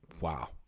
Wow